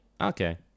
Okay